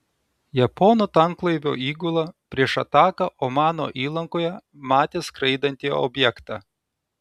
japonų tanklaivio įgula prieš ataką omano įlankoje matė skraidantį objektą